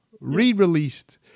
re-released